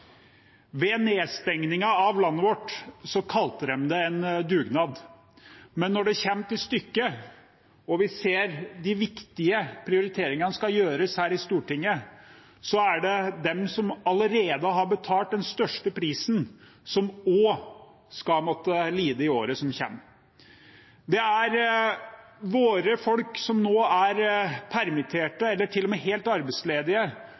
Ved nedstengingen av landet vårt kalte de det en dugnad, men når det kommer til stykket, og vi ser de viktige prioriteringene som skal gjøres her i Stortinget, er det de som allerede har betalt den største prisen, som skal måtte lide i året som kommer. Det er våre folk som nå er permittert, eller til og med helt arbeidsledige,